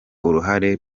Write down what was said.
uruhare